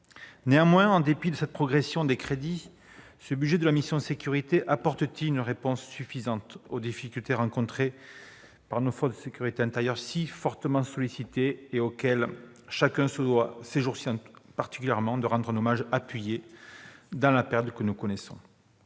Néanmoins, en dépit de cette progression des crédits, le budget de la mission « Sécurités » apporte-t-il une réponse suffisante aux difficultés rencontrées par nos forces de sécurité intérieure, si fortement sollicitées et auxquelles chacun se doit, ces jours-ci particulièrement, de rendre un hommage appuyé ? J'aborderai plus spécifiquement